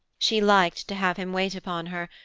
she liked to have him wait upon her,